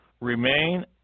Remain